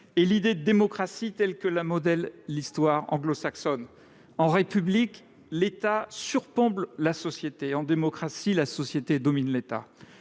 et l'idée de démocratie, telle que la modèle l'histoire anglo-saxonne. En République, l'État surplombe la société. En démocratie, la société domine l'État.